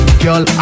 girl